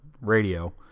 Radio